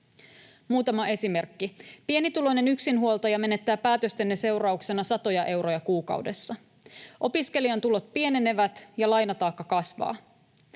Muutama esimerkki: pienituloinen yksinhuoltaja menettää päätöstenne seurauksena satoja euroja kuukaudessa, opiskelijan tulot pienenevät ja lainataakka kasvaa,